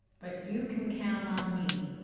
but you can count on me.